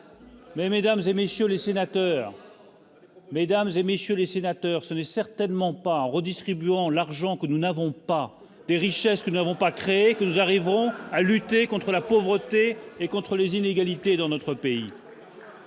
Mesdames et messieurs les sénateurs, ce n'est certainement pas en redistribuant l'argent que nous n'avons pas des richesses que n'avons pas créé que nous arrivons à lutter contre la pauvreté et contre les inégalités dans notre pays.